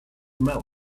milk